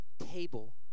table